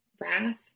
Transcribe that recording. wrath